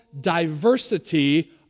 diversity